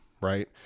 right